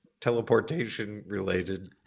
teleportation-related